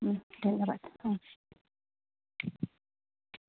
ধন্যবাদ